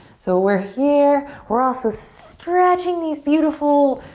so we're here. we're also stretching these beautiful,